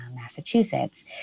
Massachusetts